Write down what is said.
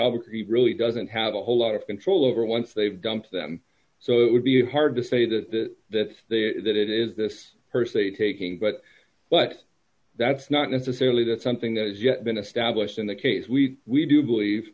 albert really doesn't have a whole lot of control over once they've dumped them so it would be hard to say that that they that it is this per se taking but but that's not necessarily that something that has yet been established in that case we we do believe